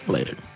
Later